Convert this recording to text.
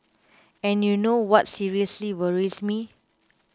and you know what seriously worries me